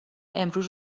امروز